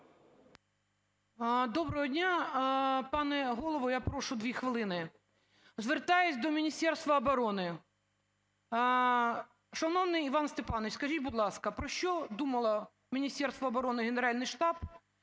Доброго дня! Пане Голово, я прошу 2 хвилини. Звертаюсь до Міністерства оборони. Шановний Іван Степанович, скажіть, будь ласка, про що думали Міністерство оборони і Генеральний штаб,